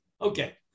Okay